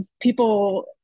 People